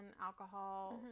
alcohol